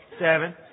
Seven